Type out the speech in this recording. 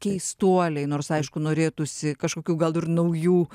keistuoliai nors aišku norėtųsi kažkokių gal ir naujų